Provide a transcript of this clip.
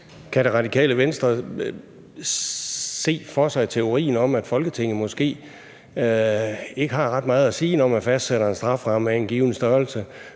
Kan Det Radikale Venstre i teorien se for sig, at Folketinget måske ikke har ret meget at sige, når man fastsætter en strafferamme af en given størrelse?